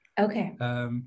Okay